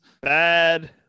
Bad